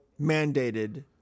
mandated